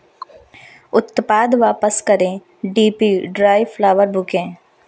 उत्पाद वापस करें डी पी ड्राई फ़्लावर बुकें